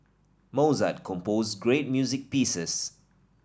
Mozart composed great music pieces